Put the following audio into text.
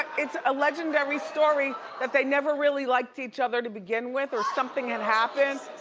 it's a legendary story that they never really liked each other to begin with or something had happened.